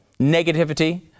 negativity